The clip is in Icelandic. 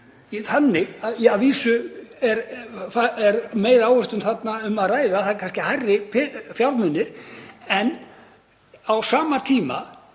þannig. Að vísu er meiri ávöxtun þarna um að ræða. Það eru kannski hærri fjármunir. En á sama tíma